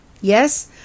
Yes